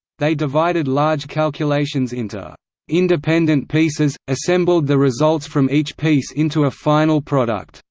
they divided large calculations into independent pieces, assembled the results from each piece into a final product